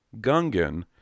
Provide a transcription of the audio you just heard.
Gungan